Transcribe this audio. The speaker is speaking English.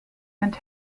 and